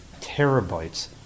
terabytes